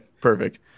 Perfect